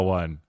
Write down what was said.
one